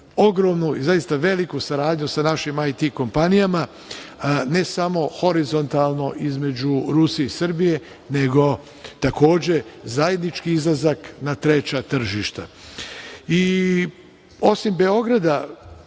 ogromnu i zaista veliku saradnju sa našim IT kompanijama, ne samo horizontalno između Rusije i Srbije, nego takođe zajednički izlazak na treća tržišta. Osim Beograda,